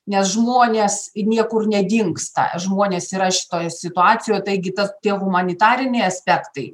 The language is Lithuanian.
nes žmonės niekur nedingsta žmonės yra šitoj situacijoj tai tas tie humanitariniai aspektai